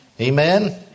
Amen